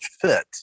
fit